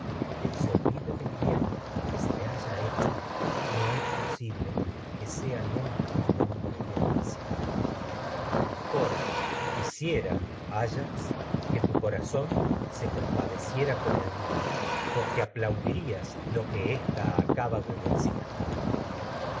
se miento olvida del bien sea que le haya hecho no es posible que nunca un hombre bien nacido tu coro deciera ba quisiera ayax el que corazón se compa como mío porque aplaudirías lo que ésta aca de decir